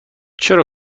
چرا